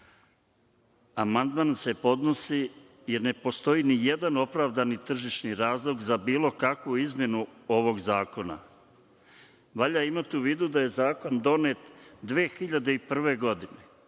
– amandman se podnosi, jer ne postoji nijedan opravdani tržišni razlog za bilo kakvu izmenu ovog zakona. Valjda imate u vidu da je zakon donet 2001. godine,